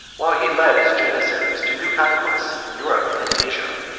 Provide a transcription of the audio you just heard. while he led his janizaries to new conquests in europe and asia,